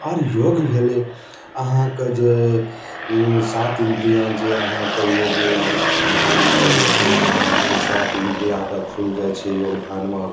आओर योग भेलै अहाँके जे सात इन्द्रिय जे अहाँके योग धिआनमे रहै छै जेना सात इन्द्रिय ओकरा खुलि जाइ छै योग धिआनमे